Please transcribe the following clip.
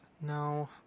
no